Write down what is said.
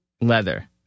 Leather